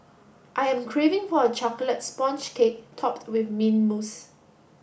I am craving for a chocolate sponge cake topped with mint mousse